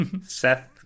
Seth